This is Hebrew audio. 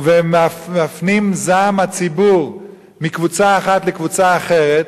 ומפנים את זעם הציבור מקבוצה אחת לקבוצה אחרת.